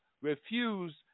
refuse